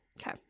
Okay